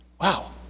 Wow